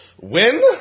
Win